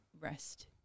rest